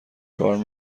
کاری